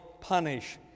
punish